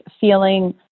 feeling